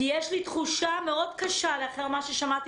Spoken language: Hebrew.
כי יש לי תחושה מאוד קשה לאחר מה ששמעתי